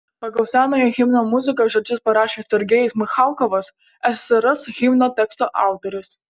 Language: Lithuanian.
pagal senojo himno muziką žodžius parašė sergejus michalkovas ssrs himno teksto autorius